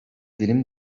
dilim